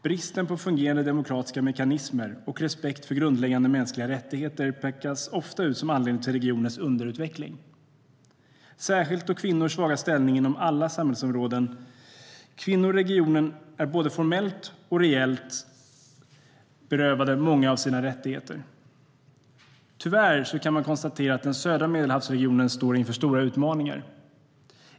Bristen på fungerande demokratiska mekanismer och respekt för grundläggande mänskliga rättigheter pekas ofta ut som en anledning till regionens underutveckling, särskilt kvinnors svaga ställning inom alla samhällsområden. Kvinnor i regionen är både formellt och reellt berövade många av sina rättigheter. Tyvärr kan man konstatera att den södra Medelhavsregionen står inför stora utmaningar.